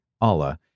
Allah